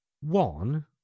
One